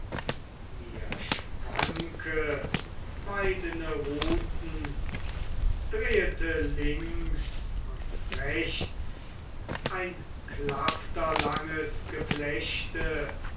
mir schwanke weidene ruten drehete links und rechts ein klafterlanges geflechte